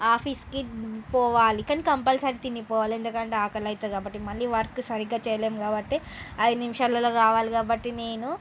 ఆఫీస్కి పోవాలి కాని కంపల్సరి తిని పోవాలి ఎందుకంటే ఆకలి అవుతుంది కాబట్టి మళ్ళీ వర్క్ సరిగ్గా చేయలేము కాబట్టి ఐదు నిమిషాలలో కావాలి కాబట్టి నేను